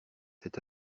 cet